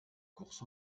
courses